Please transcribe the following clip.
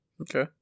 okay